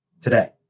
today